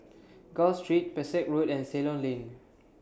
Gul Street Pesek Road and Ceylon Lane